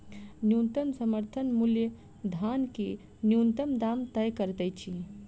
न्यूनतम समर्थन मूल्य धान के न्यूनतम दाम तय करैत अछि